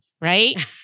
Right